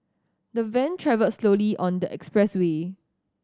the van travelled slowly on the expressway